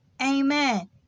Amen